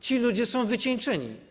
Ci ludzie są wycieńczeni.